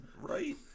Right